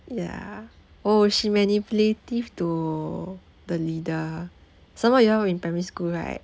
ya oh she manipulative to the leader some more you all in primary school right